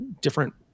different